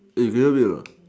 eh you very weird not